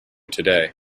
today